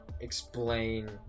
explain